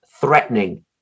threatening